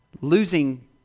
losing